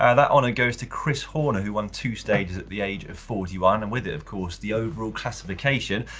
ah that honor goes to chris horner who won two stages at the age of forty one and with it, of course, the overall classification,